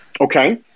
Okay